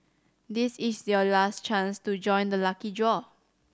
this is your last chance to join the lucky draw